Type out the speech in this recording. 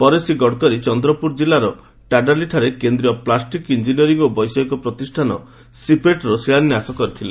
ପରେ ଶ୍ରୀ ଗଡ଼କରୀ ଚନ୍ଦ୍ରପୁର ଜିଲ୍ଲାର ଟାଡାଲିଠାରେ କେନ୍ଦ୍ରୀୟ ପ୍ଲାଷ୍ଟିକ୍ ଇଞ୍ଜିନିୟରି ଓ ବୈଷୟିକ ପ୍ରତିଷ୍ଠାନ 'ସିପେଟ୍'ର ଶିଳାନ୍ୟାସ କରିଥିଲେ